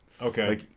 Okay